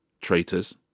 traitors